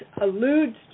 alludes